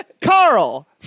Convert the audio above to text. Carl